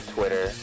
Twitter